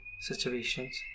situations